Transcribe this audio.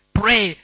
pray